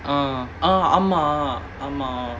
ஆமா ஆமா ஆமா:aamaa aamaa aamaa